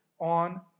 on